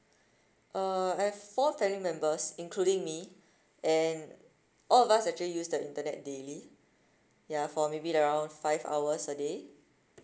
uh I have four family members including me and all of us actually use the internet daily ya for maybe around five hours a day